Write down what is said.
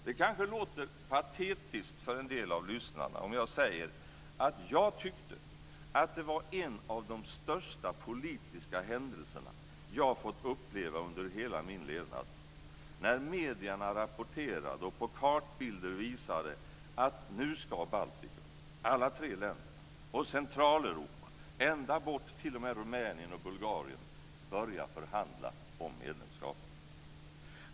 Det kanske låter patetiskt för en del av lyssnarna om jag säger att jag tyckte att det var en av de största politiska händelserna jag fått uppleva under hela min levnad när medierna rapporterade och på kartbilder visade att nu ska Baltikum, alla tre länderna, och Centraleuropa ända bort till Rumänien och Bulgarien börja förhandla om medlemskap.